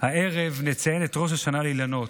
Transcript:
הערב נציין את ראש השנה לאילנות.